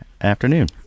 afternoon